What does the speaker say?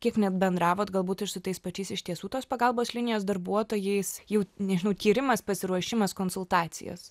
kiek net bendravot galbūt ir su tais pačiais iš tiesų tos pagalbos linijos darbuotojais jau nežinau tyrimas pasiruošimas konsultacijos